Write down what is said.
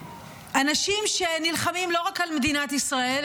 אנשים שנלחמים לא רק על מדינת ישראל,